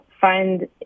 find